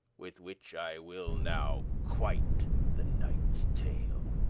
with which i will now quite the knighte's tale.